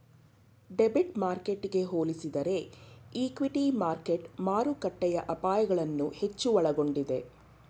debit ಮಾರ್ಕೆಟ್ಗೆ ಹೋಲಿಸಿದರೆ equity market ಮಾರುಕಟ್ಟೆಯ ಅಪಾಯಗಳನ್ನು ಹೆಚ್ಚು ಒಳಗೊಂಡಿದೆ